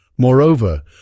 Moreover